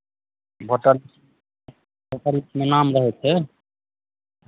voter voter लिस्टमे नाम रहै छै